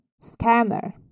scanner